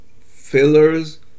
fillers